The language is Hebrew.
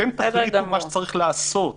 אתם תחליטו מה שצריך לעשות,